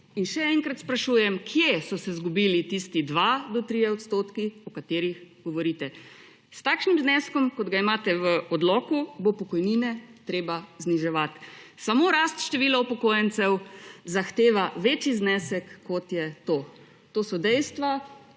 Še enkrat sprašujem, kje se je izgubilo tistih od 2 do 3 %, o katerih govorite. S takšnim zneskom, kot ga imate v odloku, bo pokojnine treba zniževati. Že samo rast števila upokojencev zahteva večji znesek, kot je to. To so dejstva